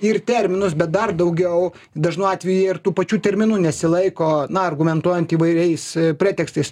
ir terminus bet dar daugiau dažnu atveju jie ir tų pačių terminų nesilaiko na argumentuojant įvairiais pretekstais